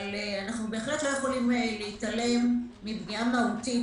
אבל אנחנו לא יכולים להתעלם מפגיעה מהותית